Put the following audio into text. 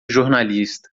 jornalista